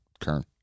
Kern